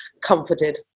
comforted